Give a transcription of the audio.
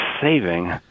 saving